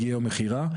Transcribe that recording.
הגיעה למכירה.